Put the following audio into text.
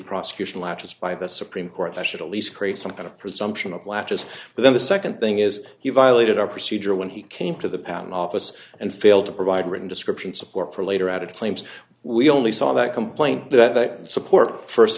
prosecution latches by the supreme court i should at least create some kind of presumption of latches but then the nd thing is you violated our procedure when he came to the patent office and failed to provide written description support for later added claims we only saw that complaint that support